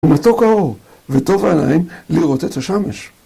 מתוק האור וטוב העיניים לראות את השמש